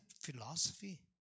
philosophy